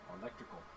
electrical